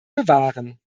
bewahren